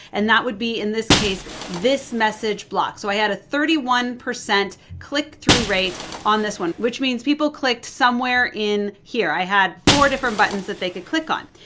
and that would be in this case this message block. so i had a thirty one percent click-through rate on this one, which means people clicked somewhere in here. i had four different buttons that they could click on.